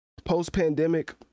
post-pandemic